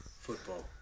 Football